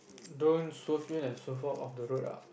don't swerve in and swerve out of the road ah